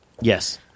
Yes